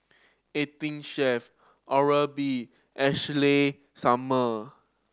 Eighteen Chef Oral B Ashley Summer